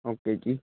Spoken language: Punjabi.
ਓਕੇ ਜੀ